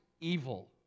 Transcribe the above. evil